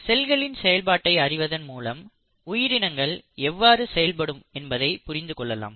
செல்களின் செயல்பாட்டை அறிவதன் மூலம் உயிரினங்கள் எவ்வாறு செயல்படும் என்பதை புரிந்து கொள்ளலாம்